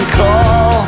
call